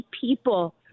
people